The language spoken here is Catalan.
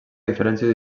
diferències